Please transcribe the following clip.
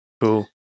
Cool